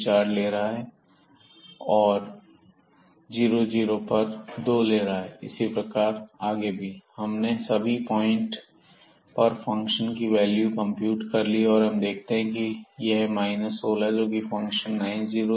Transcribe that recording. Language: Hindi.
So here we have computed all these values at these points and then we realize this 16 which is the which the function takes at 9 0 and 0 9 point is the minimum among all and this 4 is the maximum 1 at 1 1 point हमने सभी पॉइंट पर फंक्शन की वैल्यू कंप्यूट कर ली है और हम यह देखते हैं कि यह 16 जोकि फंक्शन 9 0 और 0 9 पर लेता है यह मिनिमम है और 4 जोकि मैक्सिमम है 1 1 पर